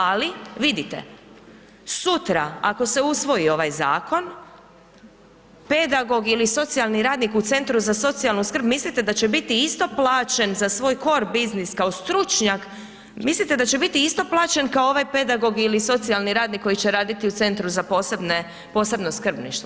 Ali vidite, sutra ako se usvoji ovaj zakon pedagog ili socijalni radnik u Centru za socijalnu skrb mislite da će biti isto plaćen za svoj kor biznis kao stručnjak, mislite da će biti isto plaćen kao ovaj pedagog ili socijalni radnik koji će raditi u Centru za posebno skrbništvo?